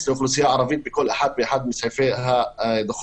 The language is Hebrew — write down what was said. לאוכלוסייה הערבית בכל אחד ואחד מסעיפי הדוחות.